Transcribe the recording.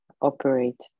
operate